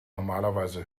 normalerweise